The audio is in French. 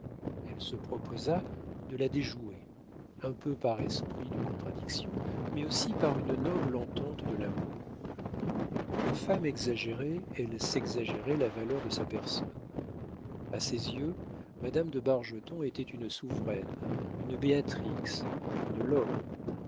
elle se proposa de la déjouer un peu par esprit de contradiction mais aussi par une noble entente de l'amour en femme exagérée elle s'exagérait la valeur de sa personne a ses yeux madame de bargeton était une souveraine une béatrix une laure